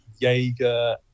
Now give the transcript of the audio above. Jaeger